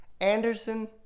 Anderson